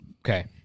Okay